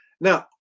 Now